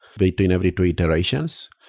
between every two iterations.